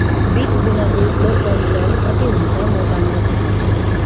बिसगुणा दुईको परिणाम कति हुन्छ म जान्न चाहन्छु